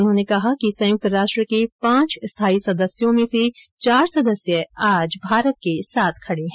उन्होंने कहा कि संयुक्त राष्ट्र के पांच स्थायी सदस्यों में से चार सदस्य आज भारत के साथ खड़े है